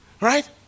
right